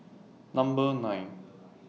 Number nine